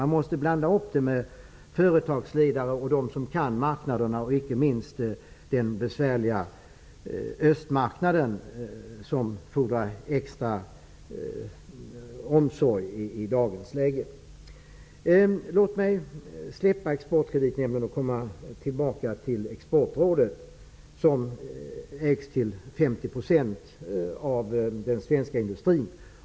Vi måste blanda upp dem med företagsledare och sådana som kan marknaderna, inte minst den besvärliga östmarknaden. Den fordrar extra omsorg i dagens läge. Låt mig släppa Exportkreditnämnden och komma tillbaka till Exportrådet, som ägs till 50 % av den svenska industrin.